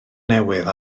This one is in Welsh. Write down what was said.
newydd